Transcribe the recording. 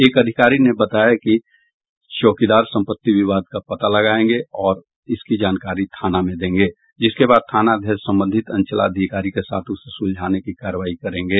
एक अधिकारी ने बताया कि चौकीदार संपत्ति विवाद का पता लागायेंगे और इसकी जानकारी थाना में देंगे जिसके बाद थानाध्यक्ष संबंधित अंचलाधिकारी के साथ उसे सुलझाने की कार्रवाई करेंगे